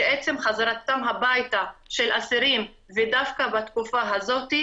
שעצם חזרתם הביתה של אסירים ודווקא בתקופה הזאת,